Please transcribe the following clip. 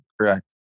Correct